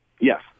Yes